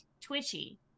twitchy